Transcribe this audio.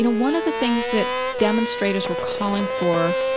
you know one of the things that demonstrators were calling for,